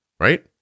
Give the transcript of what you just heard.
Right